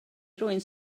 rywun